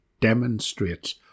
demonstrates